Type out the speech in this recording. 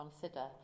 consider